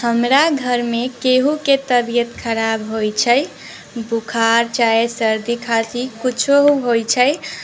हमरा घरमे केहूके तबियत खराब होइत छै बुखार चाहे सर्दी खाँसी किछो होइत छै